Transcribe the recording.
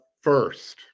first